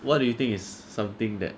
what do you think is something that